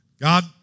God